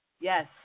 Yes